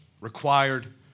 required